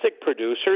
producers